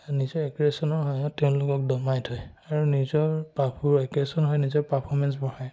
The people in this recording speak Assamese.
নিজৰ এগ্ৰেশ্যনৰ সহায়ত তেওঁলোকক দমাই থয় আৰু নিজৰ পাফ এগ্ৰেশ্যনৰ সহায়ত নিজৰ পাৰ্ফৰ্মেঞ্চ বঢ়ায়